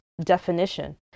definition